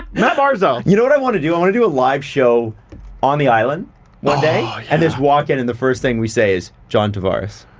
matt barzal. you know what i want to do? i want to do a live show on the island one day and just walk in and the first thing we say is john tavares.